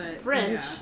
French